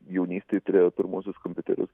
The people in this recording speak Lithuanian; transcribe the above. jaunystėj turėjo pirmuosius kompiuterius